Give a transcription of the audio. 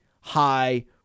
high